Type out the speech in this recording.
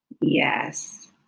Yes